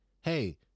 Hey